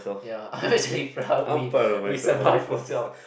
ya we we survive for two hours